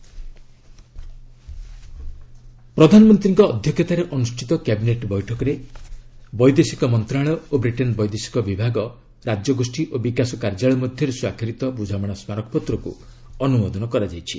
cabinet MOU ପ୍ରଧାନମନ୍ତ୍ରୀଙ୍କ ଅଧ୍ୟକ୍ଷତାରେ ଅନୁଷ୍ଠିତ କ୍ୟାବିନେଟ୍ ବୈଠକରେ ବୈଦେଶିକ ମନ୍ତ୍ରଣାଳୟ ଓ ବ୍ରିଟେନ୍ ବୈଦେଶିକ ବିଭାଗ ରାଜ୍ୟଗୋଷୀ ଓ ବିକାଶ କାର୍ଯ୍ୟାଳୟ ମଧ୍ୟରେ ସ୍ୱାକ୍ଷରିତ ବୁଝାମଣା ସ୍ମାରକପତ୍ରକୁ ଅନୁମୋଦନ କରାଯାଇଛି